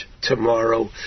tomorrow